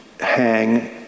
hang